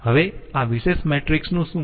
હવે આ વિશેષ મેટ્રિક્સનું શું